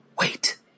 Wait